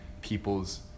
people's